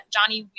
Johnny